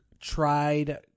tried